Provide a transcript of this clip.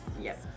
Yes